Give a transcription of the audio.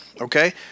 okay